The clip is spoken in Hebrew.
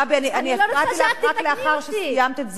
אני הפרעתי לך רק לאחר שסיימת את זמנך.